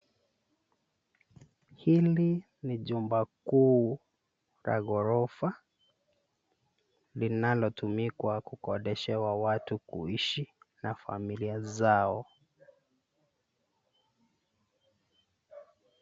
Hili ni jumba kuu la ghorofa linalotumika kwa kukodeshewa watu kuishi na familia zao.